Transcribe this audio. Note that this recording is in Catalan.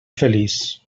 feliç